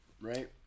right